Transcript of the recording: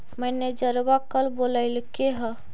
मैनेजरवा कल बोलैलके है?